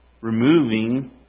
removing